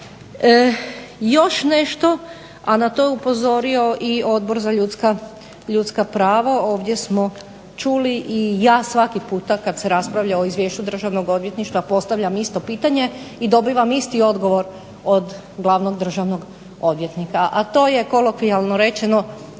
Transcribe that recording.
Još nešto, a na to je upozorio i Odbor za ljudska prava, ovdje smo čuli i ja svaki puta kad se raspravlja o Izvješću državnog odvjetništva postavljam isto pitanje, i dobivam isti odgovor od Glavnog državnog odvjetnika, a to je kolokvijalno rečeno